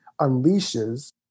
unleashes